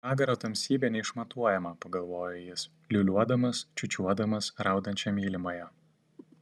pragaro tamsybė neišmatuojama pagalvojo jis liūliuodamas čiūčiuodamas raudančią mylimąją